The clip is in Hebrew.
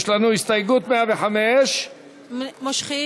יש לנו הסתייגות 105. מושכים.